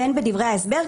והן בדברי ההסבר,